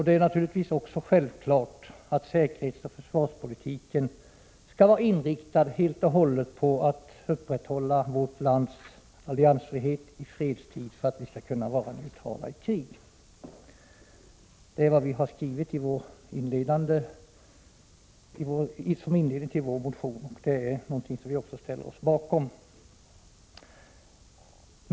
Det är också självklart att säkerhetsoch försvarspolitiken skall vara inriktad helt och hållet på att upprätthålla vårt lands alliansfrihet i fredstid för att vi skall kunna vara neutrala i krig. Detta är vad vi har skrivit som inledning till vpk:s motion och vad vi ställer oss bakom.